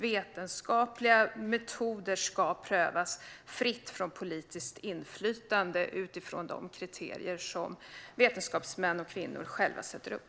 Vetenskapliga metoder ska prövas fritt från politiskt inflytande utifrån de kriterier som vetenskapsmän och kvinnor själva sätter upp.